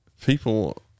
people